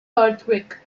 earthquake